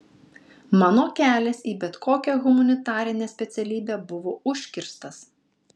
mano kelias į bet kokią humanitarinę specialybę buvo užkirstas